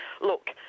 look